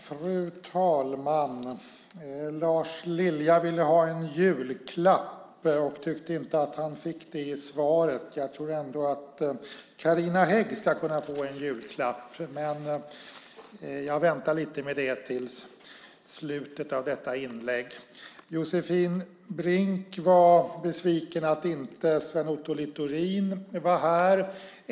Fru talman! Lars Lilja ville ha en julklapp och tyckte inte att han fick det i svaret. Jag tror ändå att Carina Hägg ska kunna få en julklapp, men jag väntar lite med det till slutet av detta inlägg. Josefin Brink var besviken över att inte Sven Otto Littorin var här.